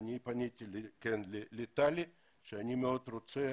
אני פניתי לטלי פלוסקוב שאני מאוד רוצה